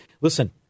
Listen